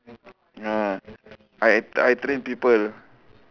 ya I I train people